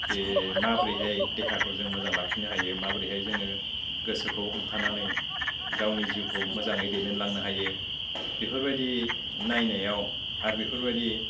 बे माब्रैहाय देहाखौ जों मोजां लाखिनो हायो माब्रैहाय जोङो गोसोखौ हमथानानै गावनि जिउखौ मोजाङै दैदेनलांनो हायो बिफोरबायदि नायनायाव आरो बेफोरबायदि